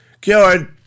Cured